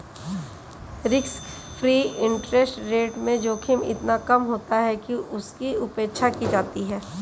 risk free interest rate में जोखिम इतना कम होता है कि उसकी उपेक्षा की जाती है